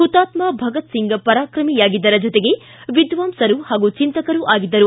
ಹುತಾತ್ಮ ಭಗತ್ಸಿಂಗ್ ಪರಾಕ್ರಮಿಯಾಗಿದ್ದರ ಜೊತೆಗೆ ವಿದ್ವಾಂಸರೂ ಹಾಗೂ ಚಿಂತಕರೂ ಆಗಿದ್ದರು